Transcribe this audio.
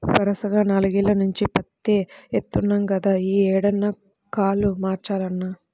వరసగా నాల్గేల్ల నుంచి పత్తే యేత్తన్నాం గదా, యీ ఏడన్నా కాలు మార్చాలన్నా